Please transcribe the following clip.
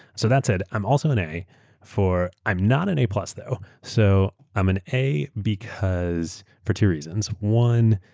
so that's it. i'm also an a for, i'm not an a plus though, so i'm an a because for two reasons. one,